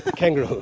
ah kangaroo.